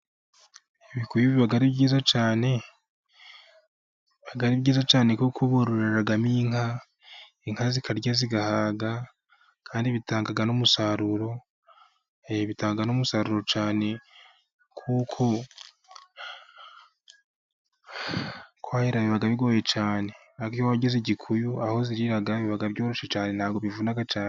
Ibikuyu biba ari byiza cyane, ari byiza cyane kuko bororeramo inka, inka zikarya zigahaga, kandi bitanga n' umusaruro cyane. Kwahira biba bigoye cyane, iyo wagize igikuyu aho zirira, biba byoroshye cyane, ntibivuna cyane.